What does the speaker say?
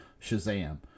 Shazam